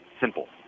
simple